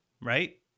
right